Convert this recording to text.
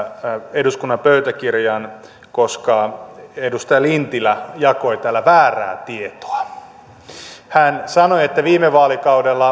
eduskunnan pöytäkirjaan koska edustaja lintilä jakoi täällä väärää tietoa hän sanoi että viime vaalikaudella